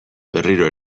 berriro